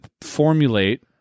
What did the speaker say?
formulate